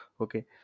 okay